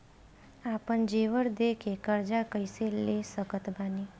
आपन जेवर दे के कर्जा कइसे ले सकत बानी?